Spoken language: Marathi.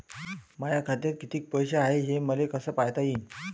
माया खात्यात कितीक पैसे हाय, हे मले कस पायता येईन?